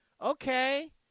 okay